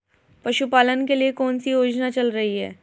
पशुपालन के लिए कौन सी योजना चल रही है?